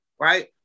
Right